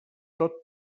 tot